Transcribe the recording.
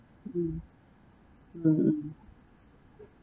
um mm